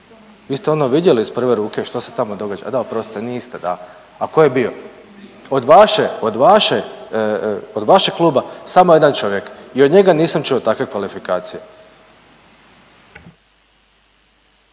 vi ste ono vidjeli iz prve ruke što se tamo događa, a da oprostite, niste da. A tko je bio? Od vaše, od vaše, od vašeg kluba samo jedan čovjek i od njega nisam čuo takve kvalifikacije.